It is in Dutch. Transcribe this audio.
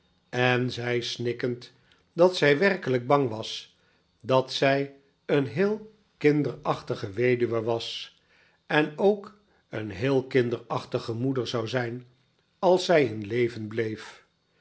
en zei snikkend dat zij werkelijk bang was dat zij een heel kinderachtige weduwe was en ook een heel kinderachtige moeder zou zijn als zij in leven bleef